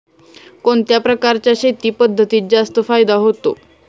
कोणत्या प्रकारच्या शेती पद्धतीत जास्त फायदा होतो?